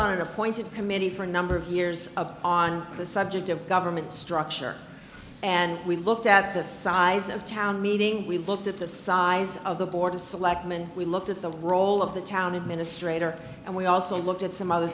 an appointed committee for a number of years ago on the subject of government structure and we looked at the size of town meeting we looked at the size of the board of selectmen we looked at the role of the town administrator and we also looked at some other